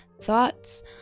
thoughts